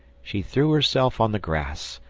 she threw herself on the grass,